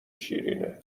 شیرینه